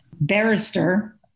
barrister